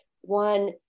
one